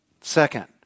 Second